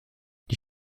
die